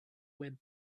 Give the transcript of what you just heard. web